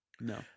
No